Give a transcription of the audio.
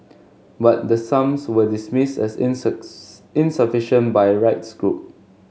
but the sums were dismissed as inserts insufficient by rights group